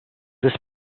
this